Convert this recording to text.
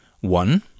One